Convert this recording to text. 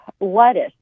lettuce